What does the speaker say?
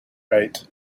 right